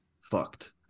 fucked